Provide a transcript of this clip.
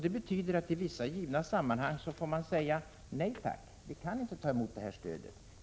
Det betyder att man i vissa givna sammanhang får säga: Nej tack, vi kan inte ta emot det här stödet.